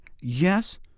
Yes